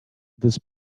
this